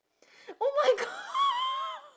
oh my go~